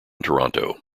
toronto